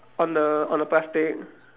on the on the plastic